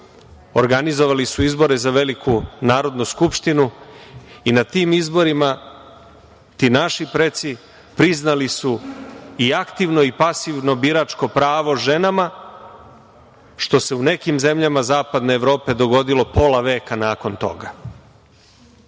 organizovali su izbore za Veliku narodnu skupštinu i na tim izborima ti naši preci priznali su i aktivno i pasivno biračko pravo ženama, što se u nekim zemljama Zapadne Evrope dogodilo pola veka nakon toga. Sve